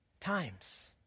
times